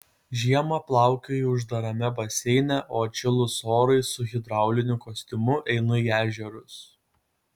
žiemą plaukioju uždarame baseine o atšilus orui su hidrauliniu kostiumu einu į ežerus